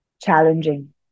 challenging